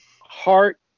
heart